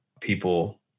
people